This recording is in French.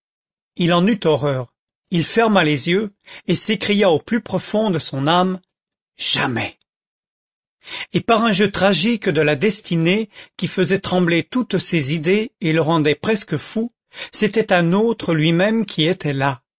il en eut horreur il ferma les yeux et s'écria au plus profond de son âme jamais et par un jeu tragique de la destinée qui faisait trembler toutes ses idées et le rendait presque fou c'était un autre lui-même qui était là